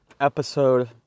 episode